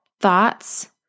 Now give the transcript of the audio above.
thoughts